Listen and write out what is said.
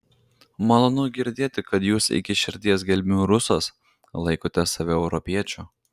malonu girdėti kad jūs iki širdies gelmių rusas laikote save europiečiu